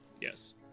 Yes